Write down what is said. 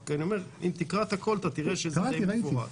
אבל אני אומר שאם תקרא הכול תראה שזה די מפורט.